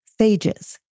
phages